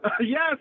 Yes